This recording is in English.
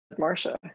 Marsha